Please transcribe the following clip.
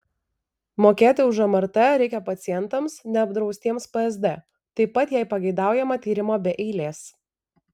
mokėti už mrt reikia pacientams neapdraustiems psd taip pat jei pageidaujama tyrimo be eilės